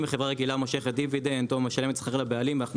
אם חברה רגילה מושכת דיבידנד או משלמת שכר לבעלים ואנחנו